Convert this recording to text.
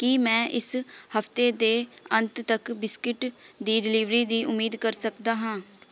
ਕੀ ਮੈਂ ਇਸ ਹਫਤੇ ਦੇ ਅੰਤ ਤੱਕ ਬਿਸਕਿਟ ਦੀ ਡਿਲੀਵਰੀ ਦੀ ਉਮੀਦ ਕਰ ਸਕਦਾ ਹਾਂ